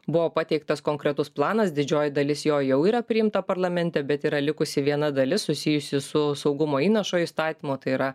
buvo pateiktas konkretus planas didžioji dalis jo jau yra priimta parlamente bet yra likusi viena dalis susijusi su saugumo įnašo įstatymo tai yra